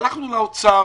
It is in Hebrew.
הלכנו לאוצר